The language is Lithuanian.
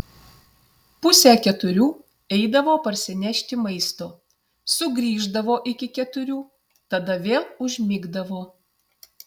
pusę keturių eidavo parsinešti maisto sugrįždavo iki keturių tada vėl užmigdavo